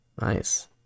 nice